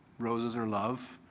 roses are love.